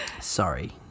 Sorry